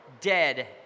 dead